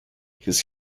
his